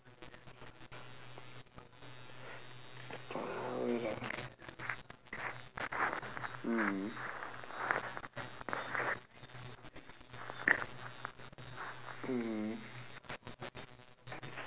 power lah mm mm